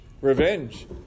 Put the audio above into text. Revenge